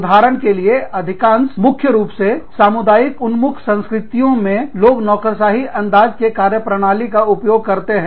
उदाहरण के लिए अधिकांश मुख्य रूप से सामुदायिक उन्मुख संस्कृतियों में लोग नौकरशाही अंदाज़ के कार्य प्रणाली का उपयोग करते हैं